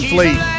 Fleet